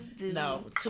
No